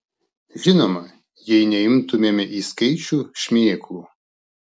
žinoma jei neimtumėme į skaičių šmėklų